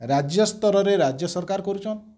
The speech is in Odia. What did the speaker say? ରାଜ୍ୟ ସ୍ତରରେ ରାଜ୍ୟ ସରକାର୍ କରୁଛନ୍